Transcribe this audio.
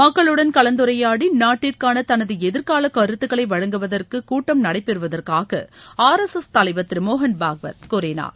மக்களுடன் கலந்துரையாடி நாட்டிற்கான தனது எதிர்கால கருத்துகளை வழங்குவதற்கு கூட்டம் நடைபெறுவதகற்காக ஆர் எஸ் எஸ் தலைவர் திரு மோகன் பாக்வத் கூறினார்